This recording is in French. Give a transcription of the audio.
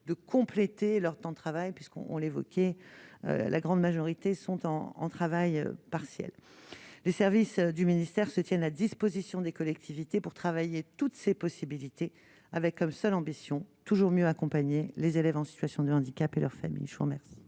de compléter leur temps de travail puisqu'on on l'évoquait la grande majorité sont en en travail partiel, les services du ministère se tienne à disposition des collectivités pour travailler toutes ces possibilités, avec comme seule ambition toujours mieux accompagner les élèves en situation de handicap et leurs familles, je suis en mer.